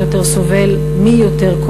מי יותר סובל ומי יותר מסכן,